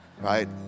Right